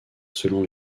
selon